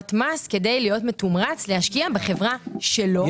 מס כדי להיות מתומרץ להשקיע בחברה שלו,